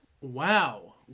Wow